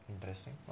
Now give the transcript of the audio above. interesting